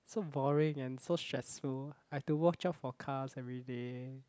so boring and so stressful I have to watch out for cars everyday